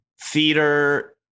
theater